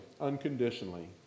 unconditionally